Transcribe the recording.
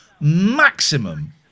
maximum